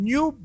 New